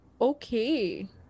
okay